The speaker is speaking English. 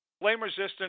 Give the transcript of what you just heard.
Flame-resistant